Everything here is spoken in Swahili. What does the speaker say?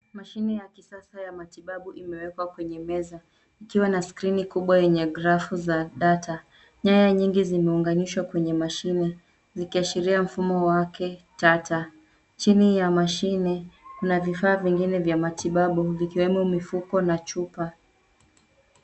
Mashine ya kisasa ya matibabu imewekwa kwenye meza ikiwa na skrini kubwa yenye grafu za data . Nyaya nyingi zimeunganishwa kwenye mashine zikiashiria mfumo wake tata. Chini ya mashine kuna vifaa vingine vya matibabu vikiwemo mifuko na chupa.